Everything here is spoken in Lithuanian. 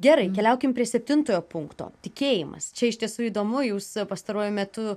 gerai keliaukim prie septintojo punkto tikėjimas čia iš tiesų įdomu jūs pastaruoju metu